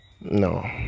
No